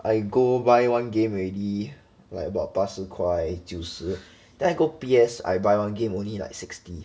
I go buy one game already like about 八十块九十 then I go P_S I buy one game only like sixty